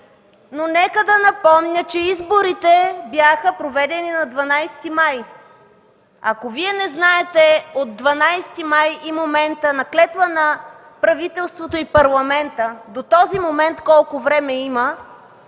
Но нека да напомня, че изборите бяха проведени на 12 май. Ако Вие не знаете, от 12 май и момента на клетва на правителството и Парламента до този Парламент колко време има